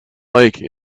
lake